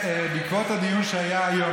בעקבות הדיון שהיה היום,